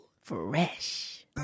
Fresh